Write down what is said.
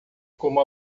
como